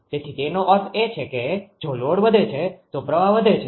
તેથી તેનો અર્થ એ છે કે જો લોડ વધે છે તો પ્રવાહ I વધે છે